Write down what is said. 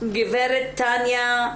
גברת תניה,